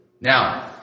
Now